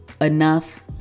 enough